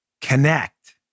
connect